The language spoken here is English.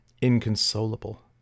inconsolable